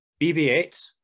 BB-8